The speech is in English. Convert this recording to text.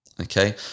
okay